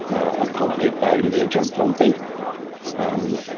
accompanied by major bunting um